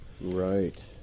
Right